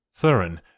Thurin